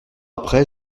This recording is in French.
après